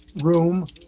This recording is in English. room